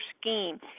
scheme